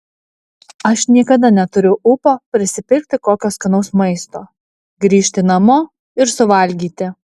aš niekada neturiu ūpo prisipirkti kokio skanaus maisto grįžti namo ir suvalgyti